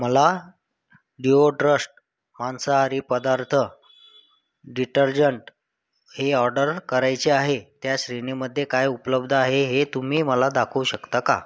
मला डिओड्रस्ट मांसाहारी पदार्थ डिटर्जंट हे ऑडर करायचे आहे त्या श्रेणीमध्ये काय उपलब्ध आहे हे तुम्ही मला दाखवू शकता का